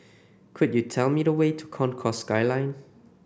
could you tell me the way to Concourse Skyline